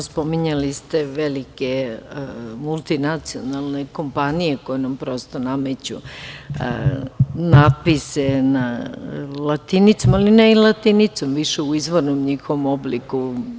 Spominjali ste velike multinacionalne kompanije koje nam nameću natpise na latinici, ali ne i latinicom više u izvornom njihovom obliku.